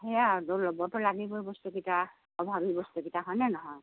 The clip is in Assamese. সেয়া ল'বটো লাগিব বস্তু কেইটা অভাৱী বস্তু কেইটা হয়নে নহয়